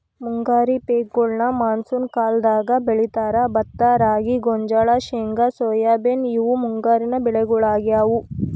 ಮುಂಗಾರಿ ಪೇಕಗೋಳ್ನ ಮಾನ್ಸೂನ್ ಕಾಲದಾಗ ಬೆಳೇತಾರ, ಭತ್ತ ರಾಗಿ, ಗೋಂಜಾಳ, ಶೇಂಗಾ ಸೋಯಾಬೇನ್ ಇವು ಮುಂಗಾರಿ ಬೆಳಿಗೊಳಾಗ್ಯಾವು